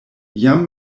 jam